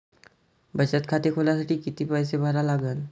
बचत खाते खोलासाठी किती पैसे भरा लागन?